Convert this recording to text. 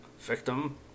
victim